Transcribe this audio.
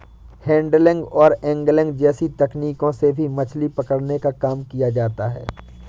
handling और angling जैसी तकनीकों से भी मछली पकड़ने का काम किया जाता है